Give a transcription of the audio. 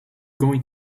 going